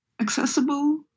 accessible